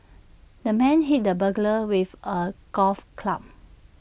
the man hit the burglar with A golf club